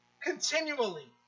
Continually